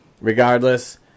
regardless –